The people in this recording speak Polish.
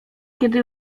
kiedy